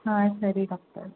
ಹಾಂ ಸರಿ ಡಾಕ್ಟರ್